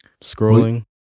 scrolling